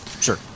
sure